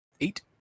Eight